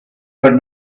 were